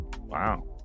wow